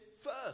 first